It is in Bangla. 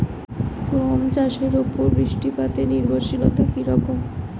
গম চাষের উপর বৃষ্টিপাতে নির্ভরশীলতা কী রকম?